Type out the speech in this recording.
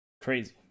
crazy